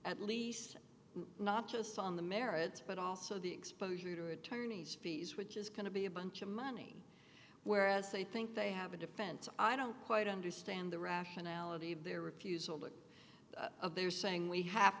at least not just on the merits but also the exposure to attorney's fees which is going to be a bunch of money whereas they think they have a defense i don't quite understand the rationality of their refusal that they're saying we have